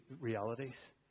realities